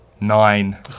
Nine